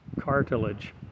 cartilage